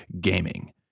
gaming